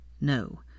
No